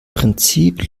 prinzip